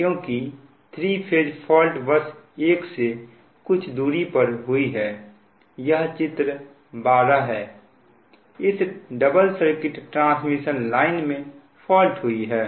क्योंकि three phase fault bus 1 से कुछ दूरी पर हुई है यह चित्र 12 है इस डबल सर्किट ट्रांसमिशन लाइन में फॉल्ट हुई है